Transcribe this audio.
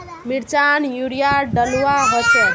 मिर्चान यूरिया डलुआ होचे?